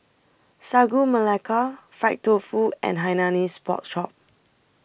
Sagu Melaka Fried Tofu and Hainanese Pork Chop